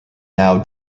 now